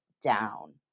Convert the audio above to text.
down